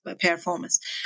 performance